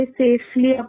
safely